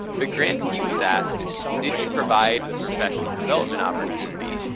the grantee was asked, did you provide the professional development opportunity?